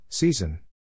Season